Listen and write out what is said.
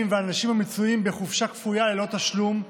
והאנשים המצויים בחופשה כפויה ללא תשלום,